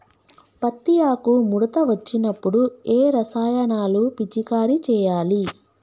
పత్తి ఆకు ముడత వచ్చినప్పుడు ఏ రసాయనాలు పిచికారీ చేయాలి?